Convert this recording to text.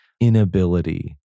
inability